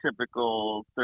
typical